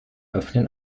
öffnen